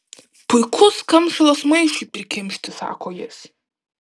puikus kamšalas maišui prikimšti sako jis